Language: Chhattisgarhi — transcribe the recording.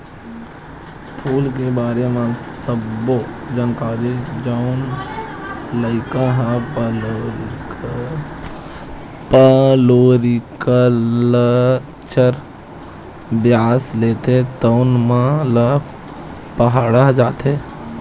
फूल के बारे म सब्बो जानकारी जउन लइका ह फ्लोरिकलचर बिसय लेथे तउन मन ल पड़हाय जाथे